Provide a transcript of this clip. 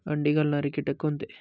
अंडी घालणारे किटक कोणते?